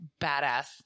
badass